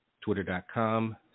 twitter.com